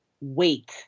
wait